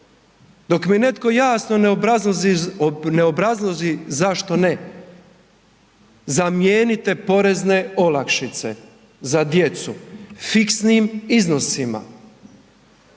dok mi netko jasno ne obrazloži zašto ne? Zamijenite porezne olakšice za djecu fiksnim iznosima.